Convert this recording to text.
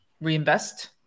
reinvest